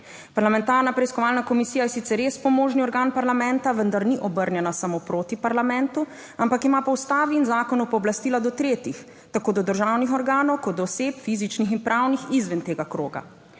Parlamentarna preiskovalna komisija je sicer res pomožni organ parlamenta, vendar ni obrnjena samo proti parlamentu, ampak ima po Ustavi in zakonu pooblastila do tretjih, tako do državnih organov kot oseb, fizičnih in pravnih izven tega kroga.